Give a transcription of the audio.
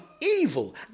evil